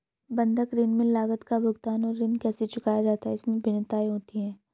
बंधक ऋण में लागत का भुगतान और ऋण कैसे चुकाया जाता है, इसमें भिन्नताएं होती हैं